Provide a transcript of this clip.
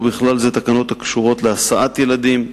ובכלל זה תקנות הקשורות להסעת ילדים,